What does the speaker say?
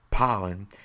Pollen